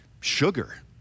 sugar